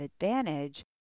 advantage